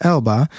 Elba